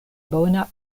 bona